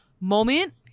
moment